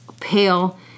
pale